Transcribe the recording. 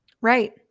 Right